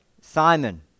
Simon